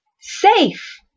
Safe